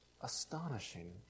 astonishing